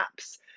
apps